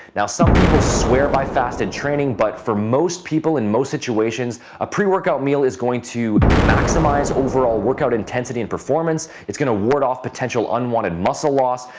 now, some people swear by fasted training. but for most people in most situations, a pre-workout meal is going to maximize overall workout intensity and performance. it's going to ward off potential unwanted muscle loss.